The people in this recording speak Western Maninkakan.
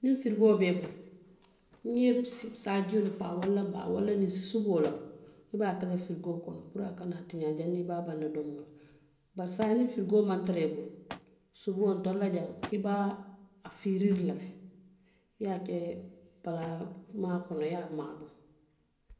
Niŋ firikoo be i bulu, niŋ i ye saajio faa walla baa walla ninsi suboo loŋ, i be a kela firikoo kono puru a kana ti janniŋ i be baŋ na domoo la, bari saayiŋ niŋ firikoo maŋ tara i bulu, suboo ntelu la jaŋ, i be a fiiriiri la le, a ye a ke palamaa kono, i ye maaboo.